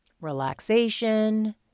relaxation